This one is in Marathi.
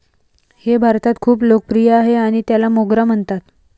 हे भारतात खूप लोकप्रिय आहे आणि त्याला मोगरा म्हणतात